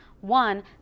One